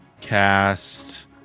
cast